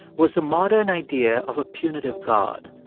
was the modern idea of a punitive god,